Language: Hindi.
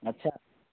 अच्छा